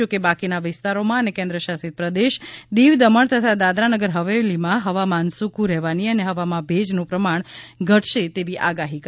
જો કે બાકીના વિસ્તારોમાં અને કેન્દ્ર શાસિત પ્રદેશ દીવ દમણ તથા દાદરાનગર હવેલીમાં હવામાન સુક રહેવાની અને હવામાં ભેજનું પ્રમાણ ઘટશે તેવી આગાહી કરાઇ છે